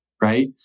right